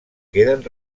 queden